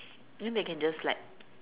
you know they can just like